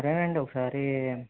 సరే అండి ఒకసారి